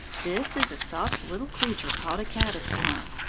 this is a soft little creature called a caddis-worm.